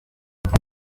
andi